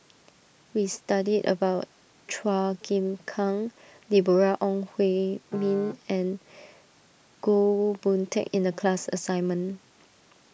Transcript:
we studied about Chua Chim Kang Deborah Ong Hui Min and Goh Boon Teck in the class assignment